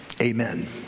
Amen